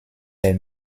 der